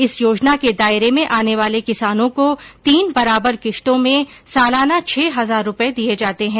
इस योजना के दायरे में आने वाले किसानों को तीन बराबर किस्तों में सालाना छह हजार रूपए दिए जाते हैं